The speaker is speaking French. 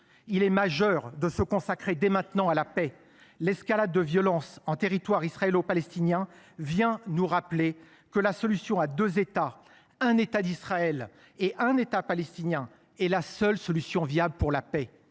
majeure de se consacrer dès maintenant à la paix. L’escalade de violences en territoire israélo palestinien vient nous rappeler que la solution à deux États – un État d’Israël et un État palestinien – est la seule solution viable pour la paix.